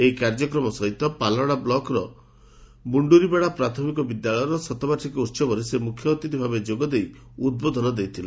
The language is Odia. ଏହି କାର୍ଯ୍ୟକ୍ରମ ସହିତ ପାଲଲହଡ଼ା ବ୍ଲକ୍ର ମୁଖୁରିବେଡ଼ା ପ୍ରାଥମିକ ବିଦ୍ୟାଳୟର ଶତବାର୍ଷିକୀ ଉହବରେ ମୁଖ୍ୟଅତିଥ ର୍ପେ ଯୋଗ ଦେଇ ସେ ଉଦ୍ବୋଧନ ଦେଇଥିଲେ